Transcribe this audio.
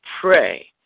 pray